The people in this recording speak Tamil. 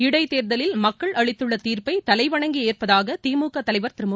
இடைத்தேர்தலில் மக்கள் அளித்துள்ள தீர்ப்ளப தலை வணங்கி ஏற்பதாக திமுக தலைவர் திரு மு